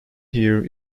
here